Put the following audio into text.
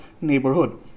neighborhood